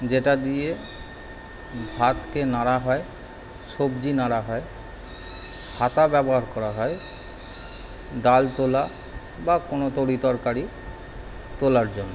যেটা দিয়ে ভাতকে নাড়া হয় সবজি নাড়া হয় হাতা ব্যবহার করা হয় ডাল তোলা বা কোনো তরি তরকারি তোলার জন্য